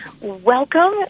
welcome